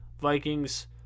Vikings